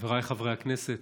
חבריי חברי הכנסת,